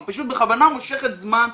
היא פשוט בכוונה מושכת זמן,